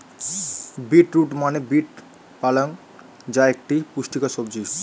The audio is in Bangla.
বীট রুট মানে বীট পালং যা একটি পুষ্টিকর সবজি